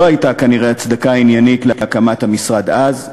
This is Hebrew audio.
לא הייתה כנראה הצדקה עניינית להקמת המשרד אז,